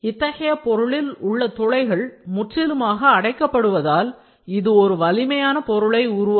இத்தகைய பொருளில் உள்ள துளைகள் முற்றிலுமாக அடைக்கப்படுவதால் இது ஒரு வலிமையான பொருளை உருவாக்கும்